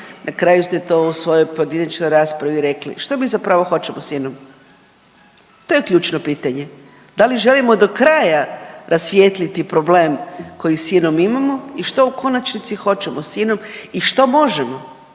na kraju ste to u svojoj pojedinačnoj raspravi rekli. Što mi zapravo hoćemo s INOM? To je ključno pitanje. Da li želimo do kraja rasvijetliti problem koji s INOM imamo i što u konačnici hoćemo s INOM i što možemo?